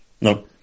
No